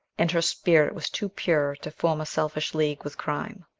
and her spirit was too pure to form a selfish league with crime.